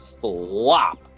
flop